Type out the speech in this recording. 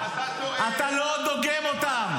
אתה לא דוגם אותו.